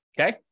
Okay